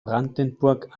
brandenburg